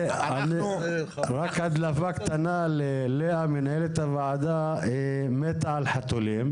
רק הדלפה קטנה, לאה מנהלת הוועדה מתה על חתולים.